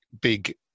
big